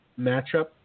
matchup